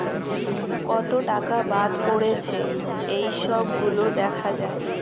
কত টাকা বাদ পড়েছে এই সব গুলো দেখা যায়